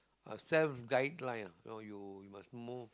a self guideline you know you must move